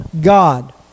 God